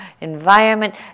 environment